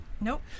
Nope